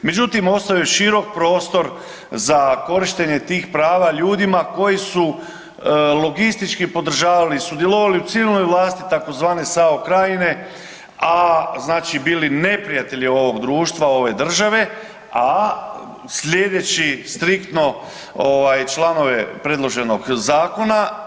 Međutim, ostao je širok prostor za korištenje tih prava ljudima koji su logistički podržavali, sudjelovali u civilnoj vlasti tzv. SAO krajine, a znači bili neprijatelji ovog društva, ove države a slijedeći striktno članove predloženog zakona.